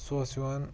سُہ اوس یِوان